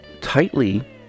tightly